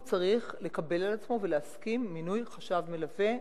הוא צריך לקבל על עצמו ולהסכים למינוי חשב מלווה.